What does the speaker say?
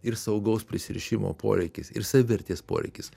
ir saugaus prisirišimo poreikis ir savivertės poreikis